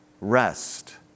rest